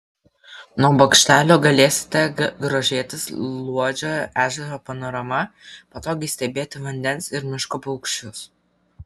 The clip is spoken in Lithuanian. nuo bokštelio galėsite grožėtis luodžio ežero panorama patogiai stebėti vandens ir miško paukščius